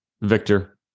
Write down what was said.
Victor